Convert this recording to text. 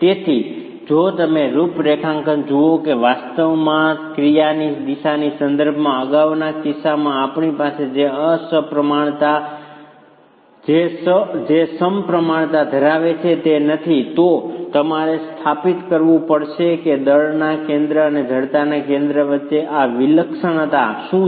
તેથી જો તમે રૂપરેખાંકન જુઓ કે જે વાસ્તવમાં ક્રિયાની દિશાના સંદર્ભમાં અગાઉના કિસ્સામાં આપણી પાસે જે સમપ્રમાણતા ધરાવે છે તે નથી તો તમારે સ્થાપિત કરવું પડશે કે દળના કેન્દ્ર અને જડતાના કેન્દ્ર વચ્ચે આ વિલક્ષણતા શું છે